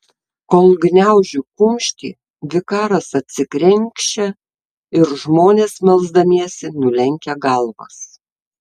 kol gniaužiu kumštį vikaras atsikrenkščia ir žmonės melsdamiesi nulenkia galvas